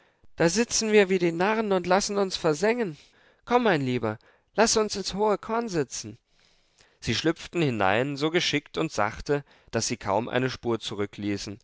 da sitzen wir wie die narren und lassen uns versengen komm mein lieber laß uns ins hohe korn sitzen sie schlüpften hinein so geschickt und sachte daß sie kaum eine spur zurückließen